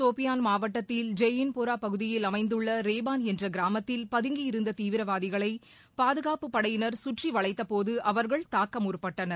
சோபியான் மாவட்டத்தில் உள்ளஜேயின்போராபகுதியில் அமைந்துள்ளரேபான் என்றகிராமத்தில் பதுங்கி இருந்ததீவிரவாதிகளைபாதுகாப்பு படையினர் சுற்றிவளைத்தபோதுஅவர்கள் தாக்கமுற்பட்டனர்